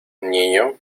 niño